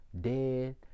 dead